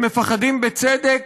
הם מפחדים בצדק,